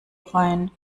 rein